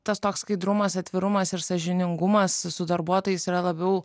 tas toks skaidrumas atvirumas ir sąžiningumas su darbuotojais yra labiau